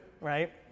right